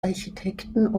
architekten